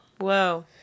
Whoa